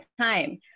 time